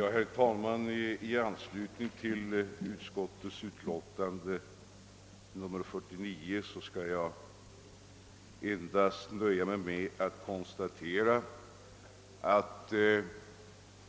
Herr talman! Vad beträffar statsutskottets utlåtande nr 49 skall jag nöja mig med att konstatera att moderata